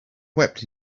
wept